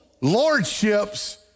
lordships